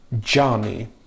Johnny